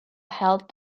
held